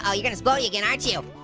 um you're gonna splodey again, aren't you?